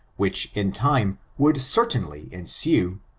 which in time would certainly ensue,